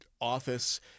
office